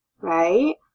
right